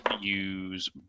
use